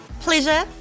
pleasure